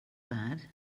bad